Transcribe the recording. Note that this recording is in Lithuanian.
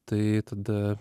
tai tada